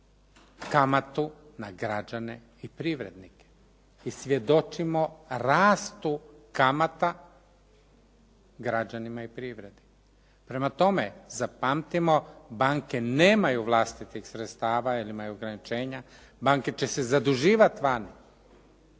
kamatu na građane i privrednike i svjedočimo rastu kamata građanima i privredi. Prema tome, zapamtimo banke nemaju vlastitih sredstava jer imaju ograničenja, banke će se zaduživati vani,